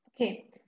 okay